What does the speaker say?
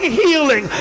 healing